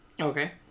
Okay